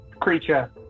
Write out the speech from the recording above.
creature